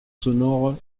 sonores